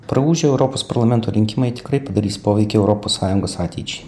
praūžę europos parlamento rinkimai tikrai padarys poveikį europos sąjungos ateičiai